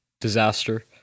disaster